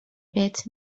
بهت